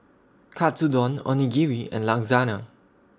Katsudon Onigiri and Lasagna